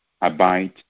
abide